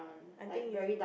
I think it's